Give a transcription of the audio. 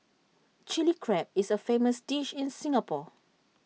Chilli Crab is A famous dish in Singapore